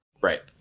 Right